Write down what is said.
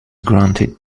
granted